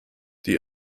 die